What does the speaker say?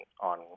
on